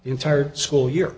entire school year